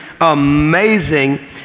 amazing